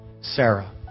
Sarah